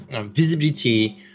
visibility